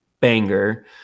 banger